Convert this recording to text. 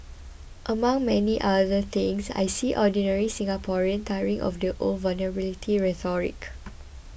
among many other things I see ordinary Singaporean tiring of the old vulnerability rhetoric